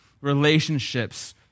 relationships